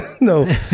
No